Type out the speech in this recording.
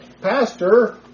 pastor